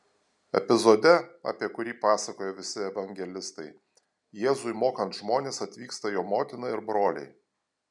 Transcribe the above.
epizode apie kurį pasakoja visi evangelistai jėzui mokant žmones atvyksta jo motina ir broliai